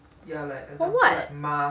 for what